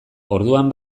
orduan